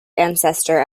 ancestor